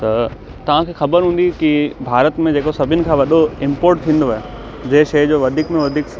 त तव्हांखे ख़बरु हूंदी की भारत में जेको सभिनि खां वॾो इंपोर्ट थींदो आहे जंहिं शइ जो वधीक में वधीक